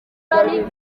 ari